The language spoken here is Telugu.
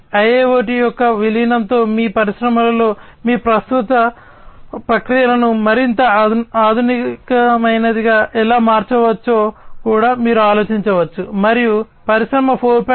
IIoT యొక్క విలీనంతో మీ పరిశ్రమలలో మీ ప్రస్తుత ప్రక్రియలను మరింత ఆధునికమైనదిగా ఎలా మార్చవచ్చో కూడా మీరు ఆలోచించవచ్చు మరియు పరిశ్రమ 4